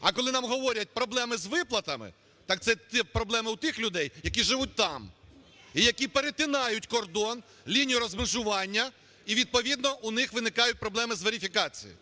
А коли нам говорять "проблеми з виплатами", так це проблеми у тих людей, які живуть там, і які перетинають кордон, лінію розмежування, і відповідно, у них виникають проблеми з верифікацією.